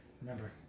Remember